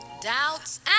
Doubts